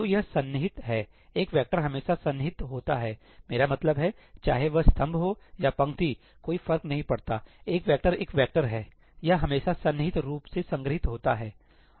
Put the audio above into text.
तो यह सन्निहित हैएक वेक्टर हमेशा सन्निहित होता हैमेरा मतलब है चाहे वह स्तंभ हो या पंक्ति कोई फर्क नहीं पड़ता एक वेक्टर एक वेक्टर है यह हमेशा सन्निहित रूप से संग्रहीत होता है